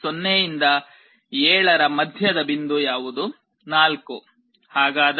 0 ರಿಂದ 7 ರ ಮಧ್ಯದ ಬಿಂದು ಯಾವುದು